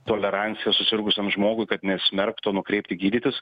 tolerancija susirgusiam žmogui kad nesmerkt o nukreipti gydytis